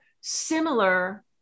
similar